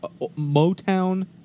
Motown